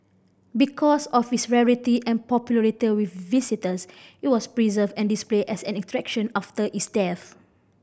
because of its rarity and popularity with visitors it was preserved and displayed as an attraction after its death